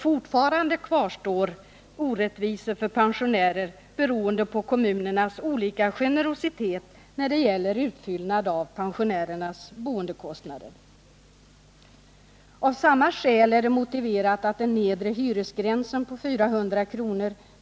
Fortfarande kvarstår orättvisor för pensionärer, beroende på kommunernas olika generositet när det gäller utfyllnad av pensionärernas bostadskostnader. Av samma skäl är det motiverat att den nedre hyresgränsen på 400 kr.